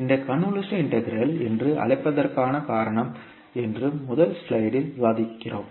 இந்த convolution integral என்று அழைப்பதற்கான காரணம் என்று முதல் ஸ்லைடில் விவாதிக்கிறோம்